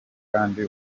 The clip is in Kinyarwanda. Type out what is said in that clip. kandi